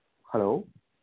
hello